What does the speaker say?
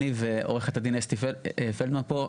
אני ועורכת הדין אסתי פלדמן פה,